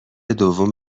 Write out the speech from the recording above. دوم